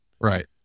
Right